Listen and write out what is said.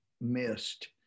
missed